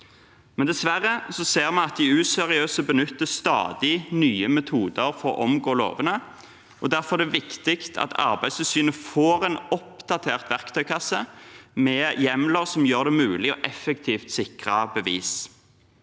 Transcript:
Dessverre ser vi at de useriøse benytter stadig nye metoder for å omgå lovene. Derfor er det viktig at Arbeidstilsynet får en oppdatert verktøykasse med hjemler som gjør det mulig å effektivt sikre bevis.